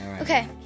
Okay